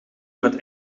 met